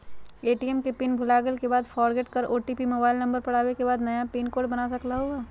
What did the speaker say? ATM के pin भुलागेल के बाद फोरगेट कर ओ.टी.पी मोबाइल नंबर पर आवे के बाद नया पिन कोड बना सकलहु ह?